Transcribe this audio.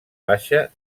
baixa